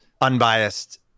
unbiased